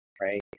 right